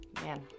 man